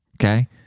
Okay